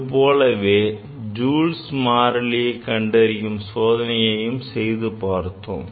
அதே போலவே Joule's மாறிலியை கண்டறியும் சோதனையையும் செய்து பார்த்தோம்